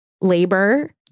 labor